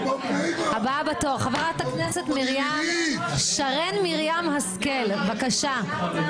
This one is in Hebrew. ---- חברת הכנסת שרן מרים השכל, בבקשה.